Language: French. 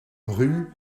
rue